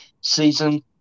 season